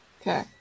okay